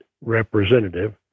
representative